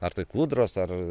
ar tai kūdros ar